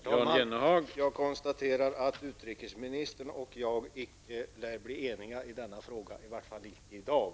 Herr talman! Jag konstaterar att utrikesministern och jag icke lär bli eniga i denna fråga -- varje fall inte i dag.